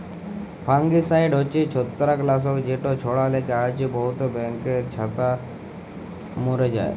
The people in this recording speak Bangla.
ফাঙ্গিসাইড হছে ছত্রাক লাসক যেট ছড়ালে গাহাছে বহুত ব্যাঙের ছাতা ম্যরে যায়